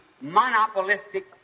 monopolistic